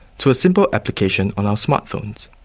to a simple application on our smart phones.